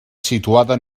situada